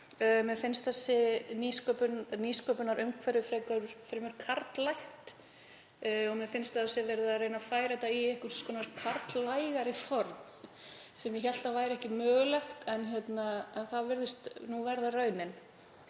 Mér finnst nýsköpunarumhverfið fremur karllægt og mér finnst að verið sé að reyna að færa þetta í einhvers konar karllægara form, sem ég hélt að væri ekki mögulegt, en það virðist nú vera raunin.